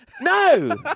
No